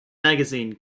magazine